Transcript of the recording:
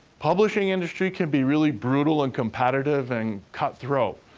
publishing industry can be really brutal and competitive and cutthroat.